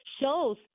Shows